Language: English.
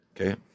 Okay